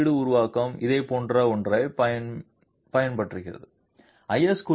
S குறியீடு உருவாக்கம் இதேபோன்ற ஒன்றைப் பின்பற்றுகிறது ஐ